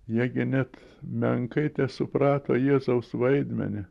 jiegi net menkai tesuprato jėzaus vaidmenį